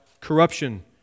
corruption